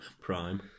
prime